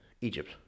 Egypt